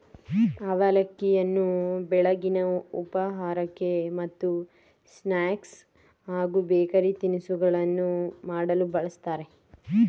ಅವಲಕ್ಕಿಯನ್ನು ಬೆಳಗಿನ ಉಪಹಾರಕ್ಕೆ ಮತ್ತು ಸ್ನಾಕ್ಸ್ ಹಾಗೂ ಬೇಕರಿ ತಿನಿಸುಗಳನ್ನು ಮಾಡಲು ಬಳ್ಸತ್ತರೆ